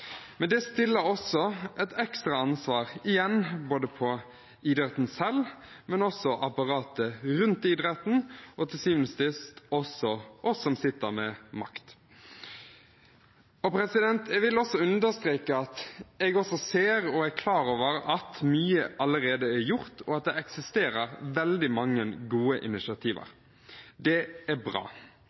Men det stiller også et ekstra ansvar både til idretten selv, til apparatet rundt idretten og til syvende og sist også til oss som sitter med makt. Jeg vil understreke at jeg også ser og er klar over at mye allerede er gjort, og at det eksisterer veldig mange gode initiativ. Det er bra.